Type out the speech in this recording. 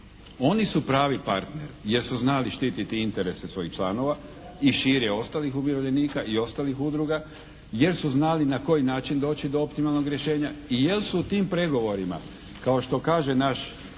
Oni su pravi partner jer su znali štititi interese svojih članova i šire ostalih umirovljenika i ostalih udruga jer su znali na koji način doći do optimalnog rješenja i jer su u tim pregovorima kao što kaže naš